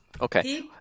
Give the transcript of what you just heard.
Okay